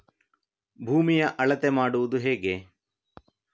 ಭೂಮಿಯ ಅಳತೆ ಮಾಡುವುದು ಹೇಗೆ?